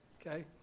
okay